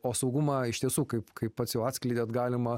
o saugumą iš tiesų kaip kaip pats jau atskleidėt galima